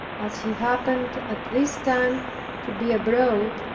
as he happened at this time to be abroad,